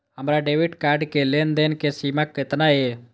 हमार debit card के लेन देन के सीमा केतना ये?